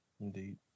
Indeed